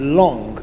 long